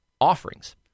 offerings